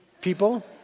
people